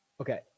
Okay